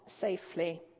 safely